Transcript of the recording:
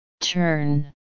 Turn